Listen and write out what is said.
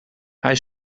hij